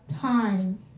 time